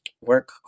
work